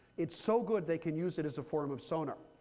it's so good they can use it as a form of sonar.